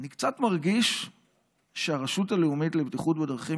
אני קצת מרגיש שהרשות הלאומית לבטיחות בדרכים